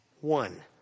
one